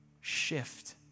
shift